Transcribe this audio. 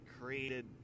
created